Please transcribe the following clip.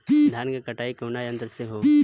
धान क कटाई कउना यंत्र से हो?